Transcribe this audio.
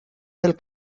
del